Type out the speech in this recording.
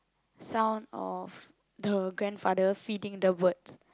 sound of the grandfather feeding the bird